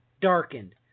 darkened